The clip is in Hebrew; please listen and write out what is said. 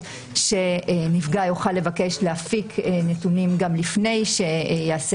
שנפגע יוכל לבקש להפיק נתונים גם לפני שייעשה